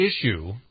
issue